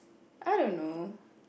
I don't know